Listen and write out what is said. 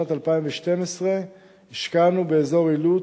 משנת 2006 ועד שנת 2012 השקענו באזור עילוט